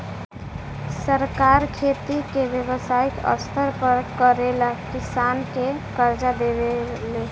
सरकार खेती के व्यवसायिक स्तर पर करेला किसान के कर्जा देवे ले